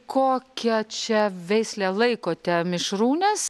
kokia čia veislė laikote mišrūnes